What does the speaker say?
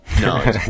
No